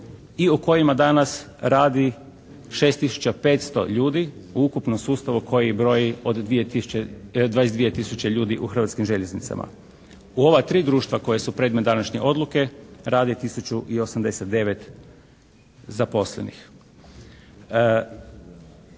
i u kojima danas radi 6 tisuća 500 ljudi u ukupnom sustavu koji broji od 22 tisuće ljudi u Hrvatskim željeznicama. U ova tri društva koja su predmet današnje odluke radi tisuću i 89 zaposlenih.